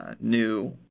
new